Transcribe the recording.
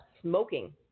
smoking